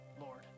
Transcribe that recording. Lord